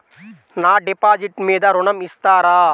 నా డిపాజిట్ మీద ఋణం ఇస్తారా?